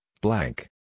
blank